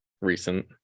recent